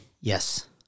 Yes